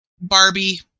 Barbie